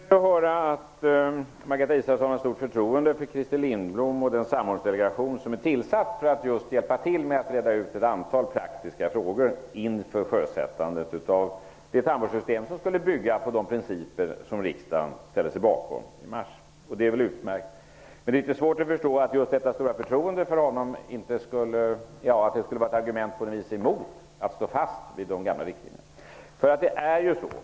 Herr talman! Det gläder mig att höra att Margareta Israelsson har ett stort förtroende för Christer Lindblom och den samordningsdelegation som är tillsatt just för att reda ut ett antal praktiska frågor inför sjösättandet av det tandvårdssystem som skulle bygga på de principer som riksdagen ställde sig bakom i mars. Det är utmärkt. Det är litet svårt att förstå att detta stora förtroende för honom på något sätt kan vara ett argument för att inte stå fast vid de gamla riktlinjerna.